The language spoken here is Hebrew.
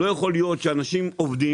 לא יכול להיות שאנשים עובדים,